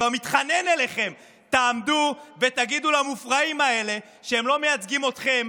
כבר מתחנן אליכם: תעמדו ותגידו למופרעים האלה שהם לא מייצגים אתכם,